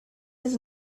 does